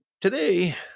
today